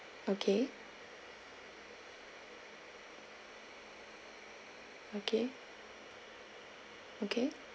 okay okay okay